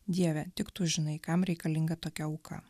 dieve tik tu žinai kam reikalinga tokia auka